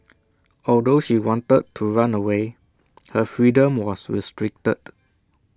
although she wanted to run away her freedom was restricted